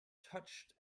touched